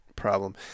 problem